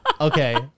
Okay